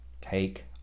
Take